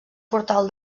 portal